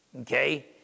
okay